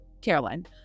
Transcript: caroline